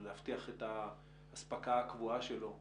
להבטיח את האספקה הקבועה שלו,